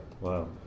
Wow